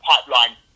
pipeline